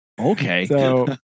okay